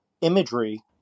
imagery